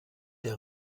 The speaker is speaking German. der